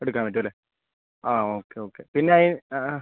എടുക്കാൻ പറ്റും അല്ലേ ആ ഓക്കെ ഓക്കെ പിന്നെ അയി ആ